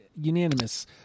unanimous